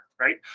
right